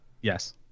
Yes